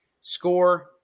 score